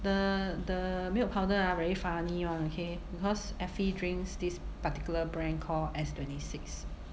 the the milk powder ah very funny [one] okay because effie drinks this particular brand call S twenty six